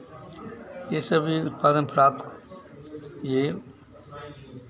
ये सभी प्राप्त ये